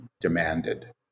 demanded